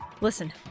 listen